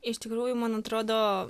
iš tikrųjų man atrodo